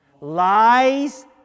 lies